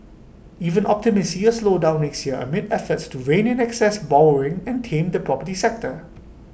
even optimists see A slowdown next year amid efforts to rein in excess borrowing and tame the property sector